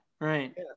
right